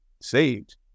saved